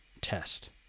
test